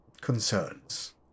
concerns